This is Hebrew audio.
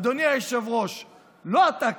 אדוני היושב-ראש לא אתה,